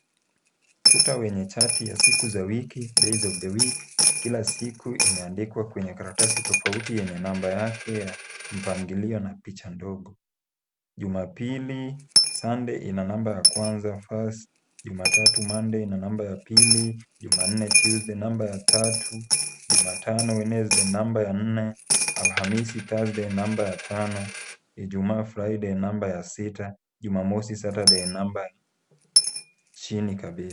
Kuta wenye chati ya siku za wiki Days of the Week , kila siku imeandikwa kwenye karatasi tofauti yenye namba yake ya mpangilio na picha ndogo. Jumapili, Sunday ina namba ya kwanza first , Jumatatu Monday ina namba ya pili, Jumanne Tuesday namba ya tatu, Jumatano Wednesday namba ya nne, Alhamisi Thursday namba ya tano, Ijumaa Friday namba ya sita, Jumamosi Saturday namba chini kabisa.